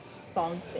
song